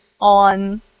on